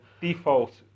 Default